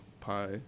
pie